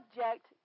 subject